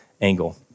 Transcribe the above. angle